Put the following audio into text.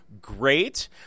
great